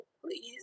please